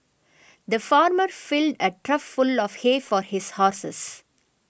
the farmer filled a trough full of hay for his horses